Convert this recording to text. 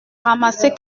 ramasser